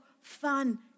fun